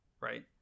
Right